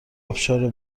ابشار